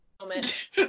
moment